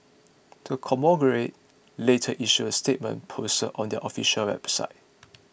the conglomerate later issued a statement posted on their official website